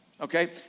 Okay